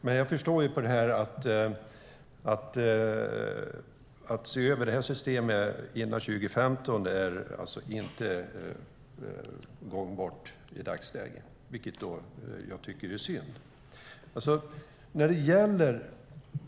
Men jag förstår att det i dagsläget inte är gångbart att se över detta system före 2015, vilket jag tycker är synd.